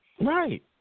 Right